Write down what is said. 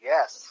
Yes